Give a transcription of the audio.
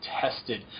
tested